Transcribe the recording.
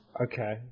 Okay